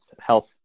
health